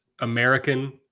American